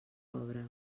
pobre